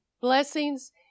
blessings